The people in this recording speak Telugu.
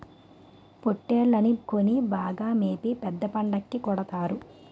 పోట్టేల్లని కొని బాగా మేపి పెద్ద పండక్కి కొడతారు